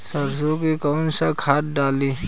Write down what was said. सरसो में कवन सा खाद डाली?